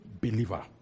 believer